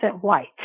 white